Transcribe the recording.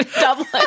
Dublin